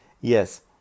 Yes